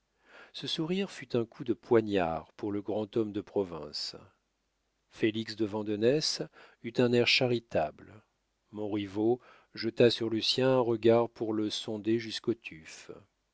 ce sourire fut un coup de poignard pour le grand homme de province félix de vandenesse eut un air charitable montriveau jeta sur lucien un regard pour le sonder jusqu'au tuf